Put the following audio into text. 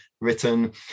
written